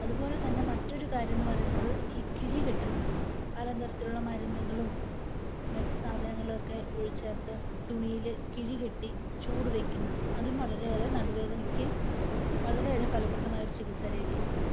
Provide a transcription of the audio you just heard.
അതുപോലെതന്നെ മറ്റൊരു കാര്യം എന്നു പറയുന്നത് ഈ കിഴി കെട്ടുന്നത് പലതരത്തിലുള്ള മരുന്നുകളും മറ്റു സാധനങ്ങളും ഒക്കെ ഉൾച്ചേർത്ത് തുണിയിൽ കിഴി കെട്ടി ചൂട് വയ്ക്കുന്നത് അതും വളരെയേറെ നടുവേദനയ്ക്ക് വളരെയധികം ഫലപ്രദമായൊരു ചികിത്സ രീതിയാണ്